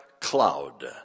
cloud